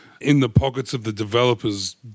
in-the-pockets-of-the-developers